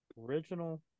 original